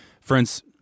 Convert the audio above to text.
friends